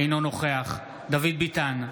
אינו נוכח דוד ביטן,